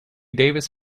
davis